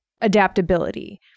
adaptability